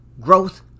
growth